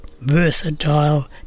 versatile